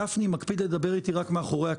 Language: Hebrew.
גפני מקפיד לדבר איתי רק מאחורי הקלעים.